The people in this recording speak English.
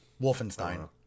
Wolfenstein